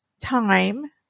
time